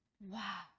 Wow